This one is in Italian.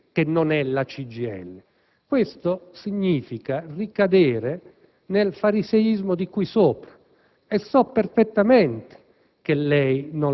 da una casa editrice che non è la CGIL. Questo significa ricadere nel fariseismo di cui sopra;